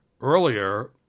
Earlier